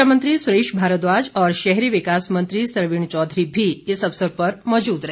शिक्षा मंत्री सुरेश भारद्वाज और शहरी विकास मंत्री सरवीण चौधरी भी इस अवसर पर मौजूद रहे